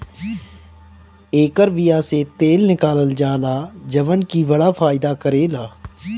एकर बिया से तेल निकालल जाला जवन की बड़ा फायदा करेला